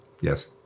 Yes